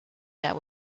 that